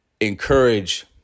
encourage